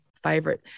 favorite